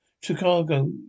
Chicago